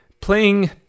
playing